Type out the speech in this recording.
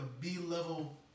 B-level